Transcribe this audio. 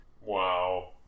Wow